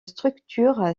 structure